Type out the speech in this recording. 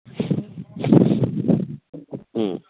ꯎꯝ